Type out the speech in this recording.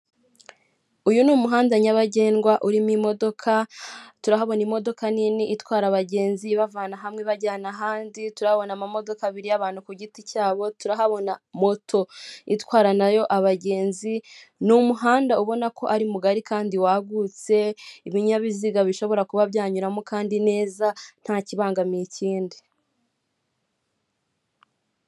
Uyu ni umuhanda nyabagendwa urimo imodoka nini itwara abagenzi ibavana hamwe ibajyana ahandi, turahabona amamodoka abiri y'abantu ku giti cyabo, turahabona moto itwara nayo abagenzi, ni umuganda ubona ko ari mugari kandi wagutse ibinyabiziga bishobora kuba byanyuramo kandi neza nta kibangamiye ikindi.